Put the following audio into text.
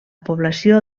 població